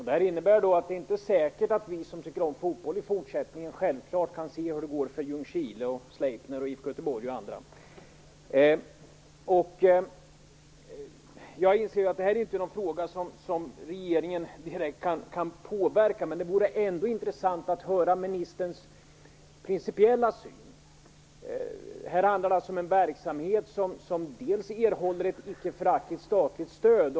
Det innebär att det inte är säkert att vi som tycker om att se fotboll i fortsättningen kan få se hur det går för Jag inser att detta inte är en fråga som regeringen direkt kan påverka, men det vore ändå intressant att höra ministerns principiella syn. Det handlar om en verksamhet som erhåller ett icke föraktligt statligt stöd.